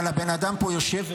אבל הבן אדם יושב פה,